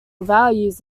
values